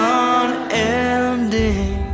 unending